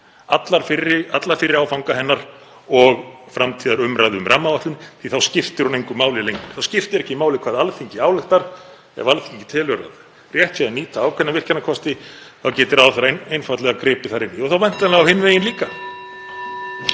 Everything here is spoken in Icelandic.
alla fyrri áfanga hennar og framtíðarumræðu um rammaáætlun, því að þá skiptir hún engu máli lengur. Þá skiptir ekki máli hvað Alþingi ályktar. Ef Alþingi telur að rétt sé að nýta ákveðna virkjunarkosti þá geti ráðherra einfaldlega gripið þar inni í. Og þá væntanlega á hinn veginn líka.